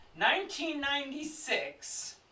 1996